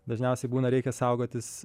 dažniausiai būna reikia saugotis